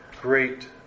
great